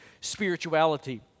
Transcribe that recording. spirituality